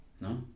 No